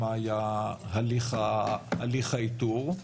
מה היה הליך האיתור,